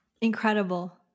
Incredible